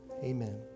amen